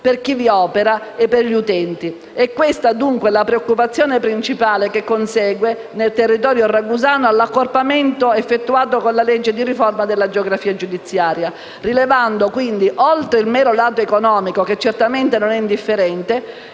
per chi vi opera e per gli utenti. È questa, dunque, la preoccupazione principale che consegue, nel territorio ragusano, all'accorpamento effettuato con la legge di riforma della geografia giudiziaria. Rilevo, quindi, oltre al mero lato economico - certamente non indifferente,